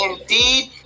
indeed